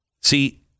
See